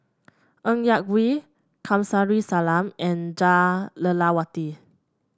Ng Yak Whee Kamsari Salam and Jah Lelawati